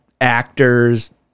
actors